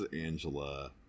Angela